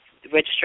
Registration